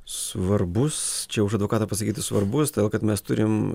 svarbus čia už advokatą pasakyti svarbus todėl kad mes turim